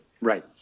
right